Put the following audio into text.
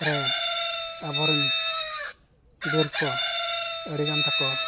ᱨᱮ ᱟᱵᱚᱨᱮᱱ ᱵᱤᱨ ᱠᱚ ᱟᱹᱰᱤᱜᱟᱱ ᱛᱟᱠᱚ